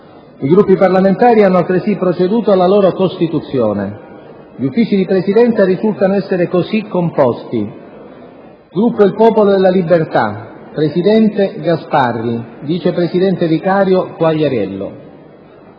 I Gruppi parlamentari hanno altresı proceduto alla loro costituzione. Gli Uffici di Presidenza risultano essere cosı` composti: Gruppo Il Popolo della Liberta` Presidente: Gasparri Vice presidente vicario: Quagliariello